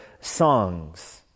songs